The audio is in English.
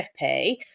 trippy